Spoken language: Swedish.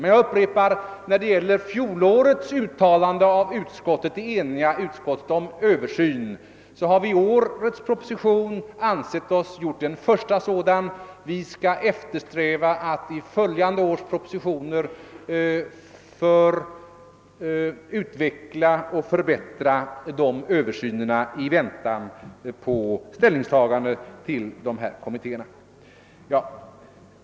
Men jag upprepar att vi med hänsyn till fjolårets uttalande av ett enhälligt utskott om en översyn ansett oss i årets proposition böra göra en första sådan. Vi skall eftersträva att i följande års propositioner utveckla och förbättra denna översyn i väntan på ställningstagandet till de nu pågående utredningarnas resultat.